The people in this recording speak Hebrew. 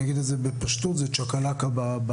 אני אגיד את זה בפשטות זה צ'קלקה בכבישים.